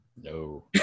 No